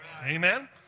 Amen